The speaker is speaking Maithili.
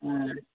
हुँ